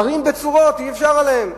ערים בצורות, אי-אפשר עליהן.